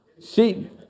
See